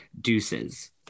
deuces